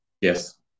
Yes